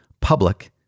public